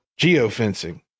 geofencing